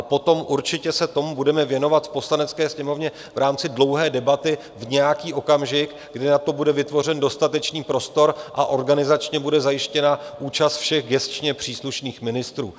Potom se tomu určitě budeme věnovat v Poslanecké sněmovně v rámci dlouhé debaty v nějaký okamžik, kdy na to bude vytvořen dostatečný prostor a organizačně bude zajištěna účast všech gesčně příslušných ministrů.